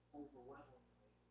overwhelmingly